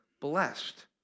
blessed